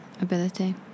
ability